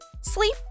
sleep